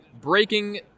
breaking